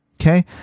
Okay